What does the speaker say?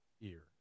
ear